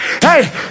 Hey